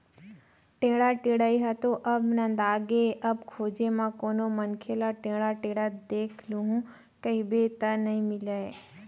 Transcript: टेंड़ा टेड़ई ह तो अब नंदागे अब खोजे म कोनो मनखे ल टेंड़ा टेंड़त देख लूहूँ कहिबे त नइ मिलय